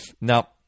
Now